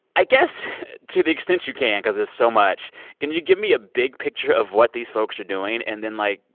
i guess to the extent you can because there's so much can you give me a big picture of what these folks are doing? and then, like,